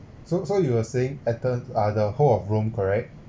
so so you were saying athens ah the whole of rome correct